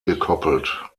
gekoppelt